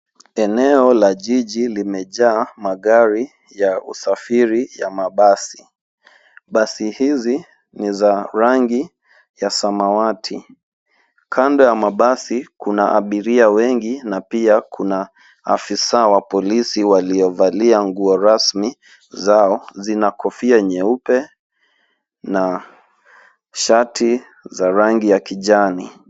Eneo la jiji limejaa magari ya usafiri ya mabasi. Basi hizi ni za rangi ya samawawati. Kando ya mabasi ,kuna abiria wengi na pia kuna afisa wa polisi walivalia nguo rasmi zao zina kofia nyeupe na shati za rangi ya kijani.